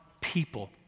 people